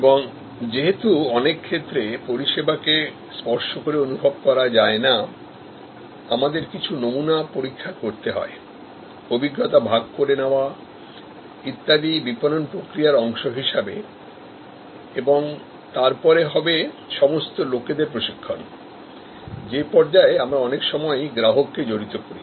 এবং যেহেতু অনেক ক্ষেত্রে পরিষেবা কে স্পর্শ করে অনুভব করা যায় না আমাদের কিছু নমুনা পরীক্ষা করতে হয় অভিজ্ঞতা ভাগ করে নেওয়া ইত্যাদি বিপণন প্রক্রিয়ার অংশ হিসাবে এবং তারপরে হবে সমস্ত লোকেদের প্রশিক্ষণ যে পর্যায়ে আমরা অনেক সময়ই গ্রাহককে জড়িত করি